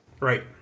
Right